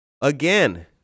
Again